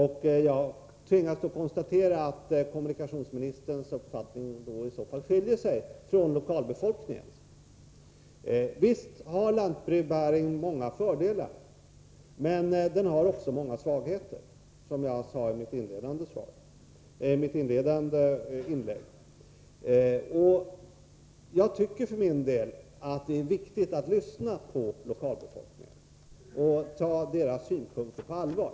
Jag tvingas konstatera att kommunikationsministerns uppfattning i så fall skiljer sig från lokalbefolkningens. Visst har lantbrevbäring många fördelar, men den har också många svagheter, som jag sade i mitt inledande inlägg. Jag tycker för min del att det är viktigt att lyssna på lokalbefolkningen och ta deras synpunkter på allvar.